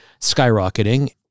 skyrocketing